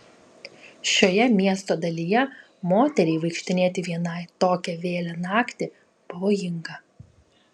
šioje miesto dalyje moteriai vaikštinėti vienai tokią vėlią naktį pavojinga